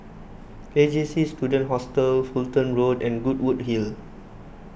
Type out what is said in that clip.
A J C Student Hostel Fulton Road and Goodwood Hill